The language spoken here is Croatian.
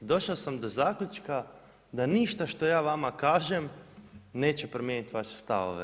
Došao sam do zaključka da ništa što ja vama kažem neće promijeniti vaše stavove.